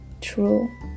true